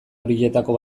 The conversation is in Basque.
horietako